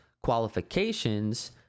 qualifications